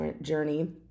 journey